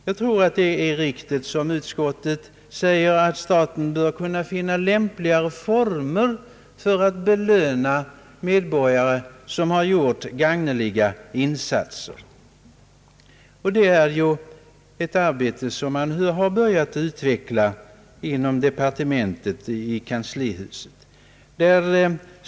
Jag tror att det är riktigt som utskottet säger, att staten bör kunna finna lämpligare former för att belöna medborgare som har gjort gagneliga insatser. Det är en omläggning som man har påbörjat i kanslihuset.